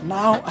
now